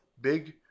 big